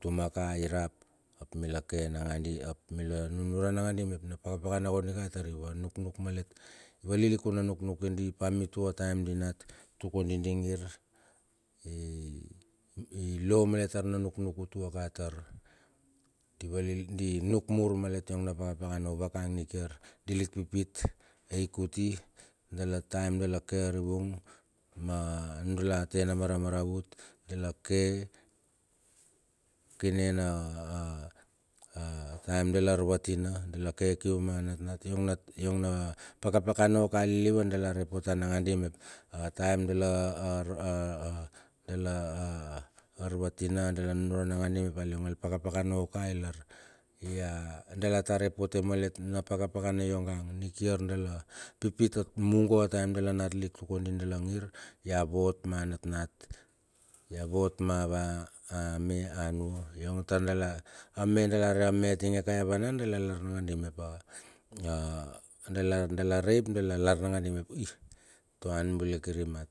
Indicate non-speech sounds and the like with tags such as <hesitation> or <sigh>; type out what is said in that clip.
Tumaka irap ap milake nangadi ap mila nunuran nakadi mep na pakapakana kondika iva nuknuk malet i valiltkun na nuknukidi pa mitua a taem di natnat tuk kodi ingir. I lo malet tar na nuknuk tuaka tar di va, di nuk mur malet yong na pakapakana ovaka ing nikiar di lik pipit. Ai kuti dala ataem dala ke ariving ma nudala tena maramaravut. Dala ke kine na a a taem dalar arvatina dala ke kium anatnat. Yong nat yong na napakapakana oka lilivan dala repotan nangandi mep ataem dala <hesitation> arvatian dala nunuran nakadi mep iong al pakapakana oka ilar ia, dala ta repote malet na pakapakana yongang nikiar dala pipit ap mungo a taem dala nat lik tuk kondi dala nir ya vot ma natnat, ya vot mava ame, anua yong tar dala ame dala ame atinge ka ya vanan dala ran nagandi mep is toan bule kir i mat.